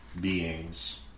beings